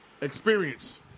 Experience